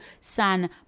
San